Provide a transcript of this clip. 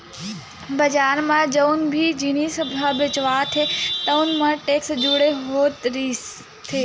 बजार म जउन भी जिनिस ह बेचावत हे तउन म टेक्स जुड़े हुए रहिथे